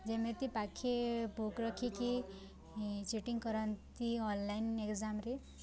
ଯେମିତି ପାଖେ ବୁକ୍ ରଖିକି ଚିଟିଂ କରନ୍ତି ଅନଲାଇନ୍ ଏକ୍ଜାମ୍ରେ